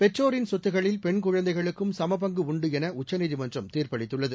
பெற்றோரின் சொத்துக்களில் பெண் குழந்தைகளுக்கும் சமபங்கு உண்டு என உச்சநீதிமன்றம் தீர்ப்பளித்துள்ளது